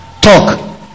Talk